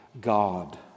God